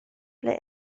ble